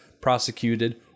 prosecuted